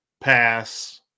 pass